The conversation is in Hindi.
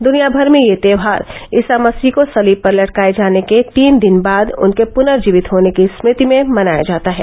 दुनिया भर में यह त्योहार ईसा मसीह को सलीव पर लटकाये जाने के तीन दिन बाद उनके पुनर्जीवित होने की स्मृति में मनाया जाता है